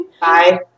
Bye